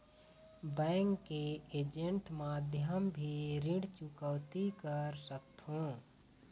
Bank के agent माध्यम भी ऋण चुकौती कर सकथों?